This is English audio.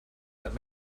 that